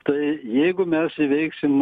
tai jeigu mes įveiksim